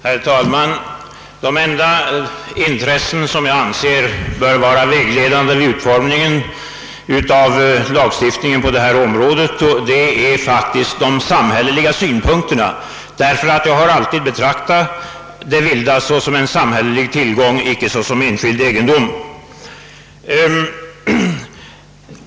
Herr talman! Det enda intresse som jag anser bör vara vägledande vid utformningen av lagstiftningen på detta område är samhällets intresse. Jag har alltid betraktat det vilda såsom en samhällelig tillgång och icke såsom enskild egendom.